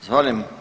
Zahvaljujem.